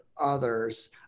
others